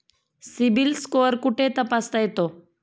CIBIL score कुठे तपासता येतो?